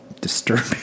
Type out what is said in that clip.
disturbing